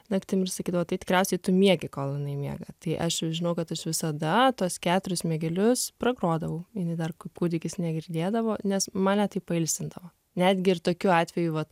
naktim ir sakydavo tai tikriausiai tu miegi kol jinai miega tai aš žinau kad aš visada tuos keturis miegelius pragrodavau jinai dar kaip kūdikis negirdėdavo nes mane tai pailsindavo netgi ir tokiu atveju vat